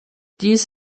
dies